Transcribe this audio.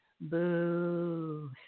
boo